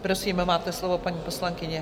Prosím, máte slovo, paní poslankyně.